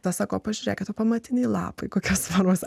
tas sako pažiūrėk kad pamatiniai lapai kokias formas